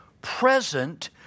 present